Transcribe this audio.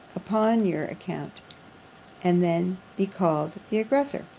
upon your account and then be called the aggressor.